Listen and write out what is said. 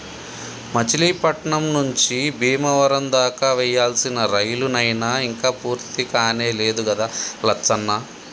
మచిలీపట్నం నుంచి బీమవరం దాకా వేయాల్సిన రైలు నైన ఇంక పూర్తికానే లేదు గదా లచ్చన్న